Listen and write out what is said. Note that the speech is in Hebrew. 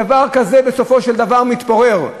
דבר כזה בסופו של דבר מתפורר.